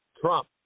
Trump